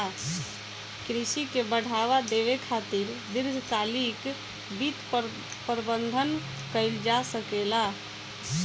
कृषि के बढ़ावा देबे खातिर दीर्घकालिक वित्त प्रबंधन कइल जा सकेला